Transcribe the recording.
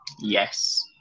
Yes